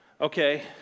okay